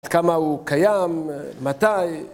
עד כמה הוא קיים? מתי?